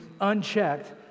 unchecked